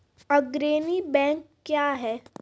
अग्रणी बैंक क्या हैं?